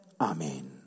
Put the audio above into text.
Amen